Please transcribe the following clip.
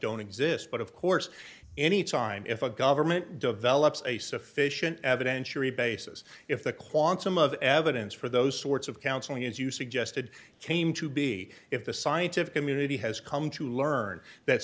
don't exist but of course anytime if a government develops a sufficient evidentiary basis if the quantum of evidence for those sorts of counseling as you suggested came to be if the scientific community has come to learn that